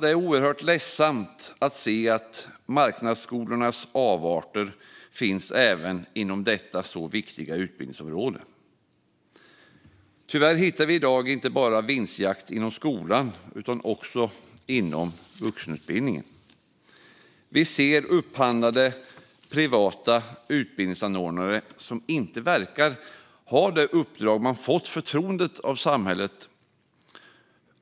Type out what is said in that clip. Det är oerhört ledsamt att se att marknadsskolornas avarter finns även inom detta viktiga utbildningsområde. Tyvärr hittar vi i dag inte bara vinstjakt inom skolan utan också inom vuxenutbildningen. Vi ser upphandlade privata utbildningsanordnare som inte verkar ha det uppdrag man fått förtroende av samhället